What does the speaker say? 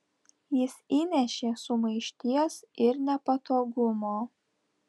jis įnešė sumaišties ir nepatogumo